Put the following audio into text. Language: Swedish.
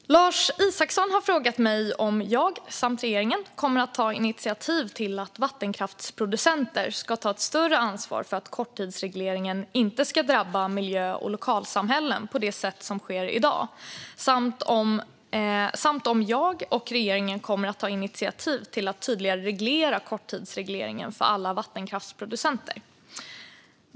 Fru talman! Lars Isacsson har frågat mig om jag och regeringen kommer att ta initiativ till att vattenkraftsproducenter ska ta ett större ansvar för att korttidsregleringen inte ska drabba miljö och lokalsamhällen på det sätt som sker i dag samt om jag och regeringen kommer att ta initiativ till att tydligare reglera korttidsregleringen för alla vattenkraftsproducenter.